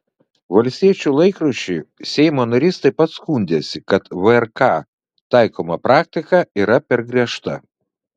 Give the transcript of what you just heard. valstiečių laikraščiui seimo narys taip pat skundėsi kad vrk taikoma praktika yra per griežta